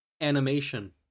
Animation